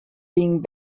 being